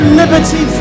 liberty